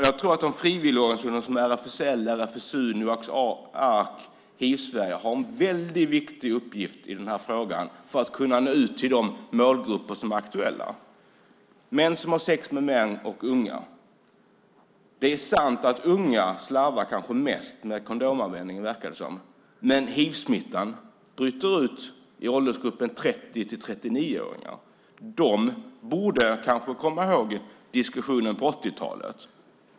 Jag tror att frivilliga organisationer som RFSL, RFSU, Noaks Ark och Hiv-Sverige har en mycket viktig uppgift i den här frågan för att man ska kunna nå ut till de målgrupper som är aktuella, nämligen män som har sex med män och unga. Det är sant att unga kanske slarvar mest med kondomanvändningen, men hivsmittan bryter ut i åldersgruppen 30-39 år. De borde kanske komma ihåg diskussionen på 80-talet.